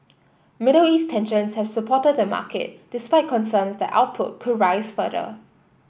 Middle East tensions have supported the market despite concerns that output could rise further